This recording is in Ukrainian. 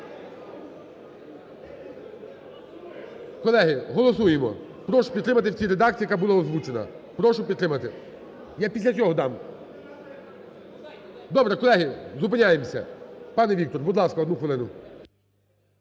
Колеги, голосуємо,ю прошу підтримати в цій редакції, яка була озвучена, прошу підтримати. Я після цього дам. Добре, колеги, зупиняємося. Пане Віктор, будь ласка, одну хвилину.